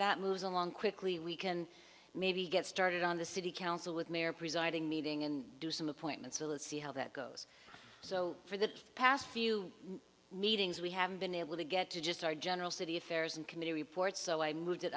that moves along quickly we can maybe get started on the city council with mayor presiding meeting and do some appointments a let's see how that goes so for the past few meetings we haven't been able to get to just our general city affairs and committee reports so i moved it